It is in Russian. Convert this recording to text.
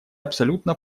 абсолютно